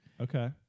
Okay